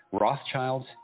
Rothschilds